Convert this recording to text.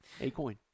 A-Coin